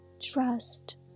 Trust